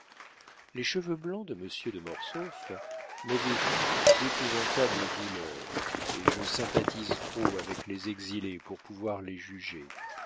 les cheveux blancs de monsieur de mortsauf m'avaient dit d'épouvantables douleurs et je sympathise trop avec les exilés pour pouvoir les juger